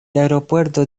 aeropuerto